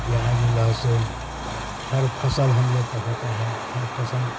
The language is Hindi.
प्याज़ लहसुन हर फ़सल हम लोग को होता है हर फ़सल